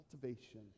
cultivation